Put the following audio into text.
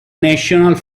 national